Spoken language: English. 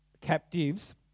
captives